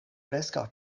preskaŭ